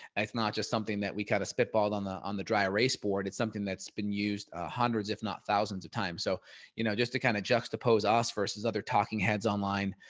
it's not just something that we kind of spit balled on on the dry erase board. it's something that's been used ah hundreds, if not thousands of times. so you know, just to kind of juxtapose us versus other talking heads online.